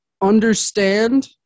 Understand